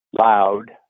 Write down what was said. loud